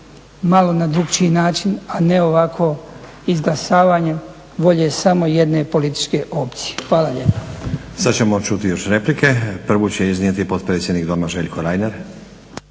malo na drukčiji način a ne ovako izglasavanjem volje samo jedne političke opcije. Hvala lijepa.